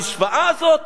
המשוואה הזאת,